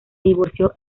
divorció